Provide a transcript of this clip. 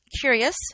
curious